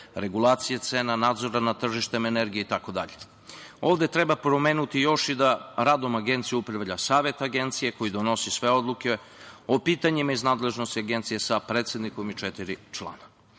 regulacije cena nadzora nad tržištem energije itd. Ovde treba pomenuti i još da radom Agencije upravlja Savet Agencije koji donosi sve odluke o pitanjima iz nadležnosti Agencije sa predsednikom i četiri člana. Iz